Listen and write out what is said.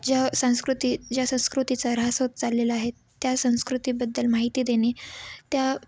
ज्या संस्कृती ज्या संस्कृतीचा ऱ्हास होत चाललेला आहे त्या संस्कृतीबद्दल माहिती देणे त्या